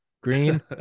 Green